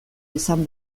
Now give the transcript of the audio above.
izan